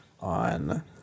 on